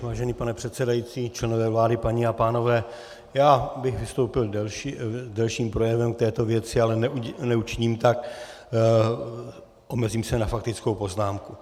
Vážený pane předsedající, členové vlády, paní a pánové, já bych vystoupil s delším projevem k této věci, ale neučiním tak, omezím se na faktickou poznámku.